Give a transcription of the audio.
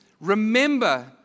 remember